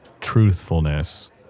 truthfulness